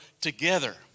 together